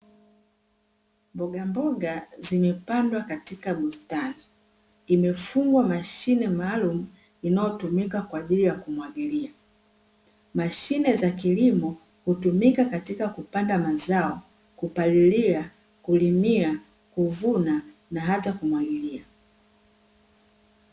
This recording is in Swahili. Mbogamboga zimepandwa katika bustani, imefungwa mashine maalum inayotumika kwa ajili ya kumwagilia, mashime za kilimo hutumika katika kupanda mazao, kupalilia, kulimia, kuvuna na hata kumwagilia.